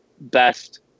best